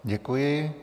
Děkuji.